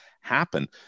happen